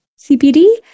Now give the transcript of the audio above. CPD